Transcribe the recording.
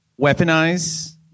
weaponize